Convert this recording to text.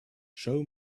show